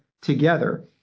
together